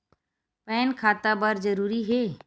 Pan खाता बर जरूरी हे?